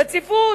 רציפות.